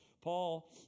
Paul